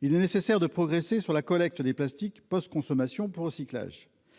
il est nécessaire de progresser sur la collecte des plastiques post-consommation pour recyclage,